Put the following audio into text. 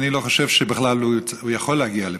אני לא חושב שבכלל הוא יכול להגיע לכאן.